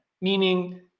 meaning